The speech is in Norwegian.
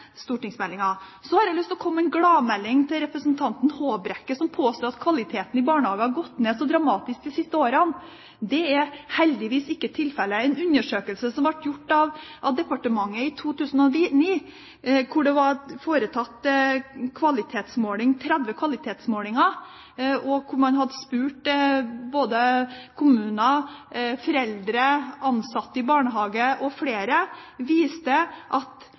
Så har jeg lyst til å komme med en gladmelding til representanten Håbrekke, som påstår at kvaliteten i barnehagene har gått ned så dramatisk de siste årene. Det er heldigvis ikke tilfellet. En undersøkelse som ble gjort av departementet i 2009, hvor det var foretatt 30 kvalitetsmålinger, og hvor man hadde spurt både kommuner, foreldre, ansatte i barnehage og flere, viste at